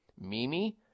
Mimi